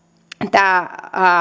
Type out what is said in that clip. tämä